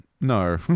no